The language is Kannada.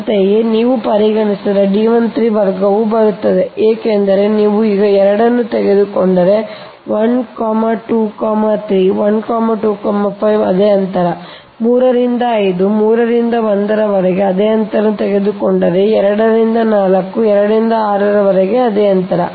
ಅಂತೆಯೇ ನೀವು ಒಂದು 3 ಅನ್ನು ಪರಿಗಣಿಸಿದರೆ D 13 ವರ್ಗವು ಬರುತ್ತಿದೆ ಏಕೆಂದರೆ ನೀವು ಈಗ 2 ಅನ್ನು ತೆಗೆದುಕೊಂಡರೆ 1 2 3 1 2 5 ಅದೇ ಅಂತರ ನೀವು 3 3 ರಿಂದ 5 3 ರಿಂದ 1 ರವರೆಗೆ ಅದೇ ಅಂತರವನ್ನು ತೆಗೆದುಕೊಂಡರೆ 2 ರಿಂದ 4 2 ರಿಂದ 6 ರವರೆಗೆ ಅದೇ ಅಂತರ